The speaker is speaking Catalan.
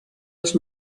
els